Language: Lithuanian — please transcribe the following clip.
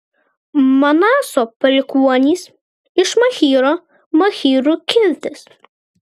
manaso palikuonys iš machyro machyrų kiltis